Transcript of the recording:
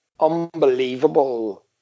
Unbelievable